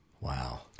Wow